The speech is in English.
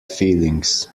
feelings